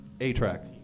A-track